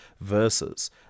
versus